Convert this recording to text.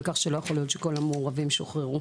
כך שלא יכול להיות שכל המעורבים שוחררו.